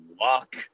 luck